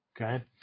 okay